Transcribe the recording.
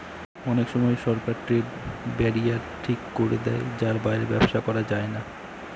অনেক সময় সরকার ট্রেড ব্যারিয়ার ঠিক করে দেয় যার বাইরে ব্যবসা করা যায় না